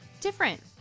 different